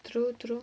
true true